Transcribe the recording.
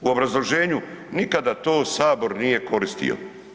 U obrazloženju, nikada to Sabor nije koristio.